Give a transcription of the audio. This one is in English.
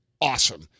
awesome